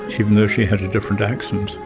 even though she had a different accent,